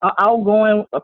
outgoing